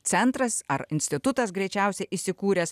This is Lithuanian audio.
centras ar institutas greičiausiai įsikūręs